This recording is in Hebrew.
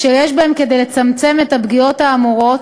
אשר יש בהם כדי לצמצם את הפגיעות האמורות